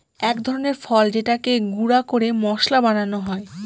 এক ধরনের ফল যেটাকে গুঁড়া করে মশলা বানানো হয়